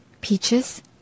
peaches